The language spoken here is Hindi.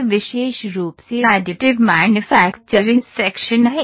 यह विशेष रूप से Additive Manufacturing Section है